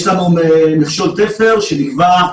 יש לנו מכשול תפר שנקבע,